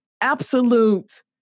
absolute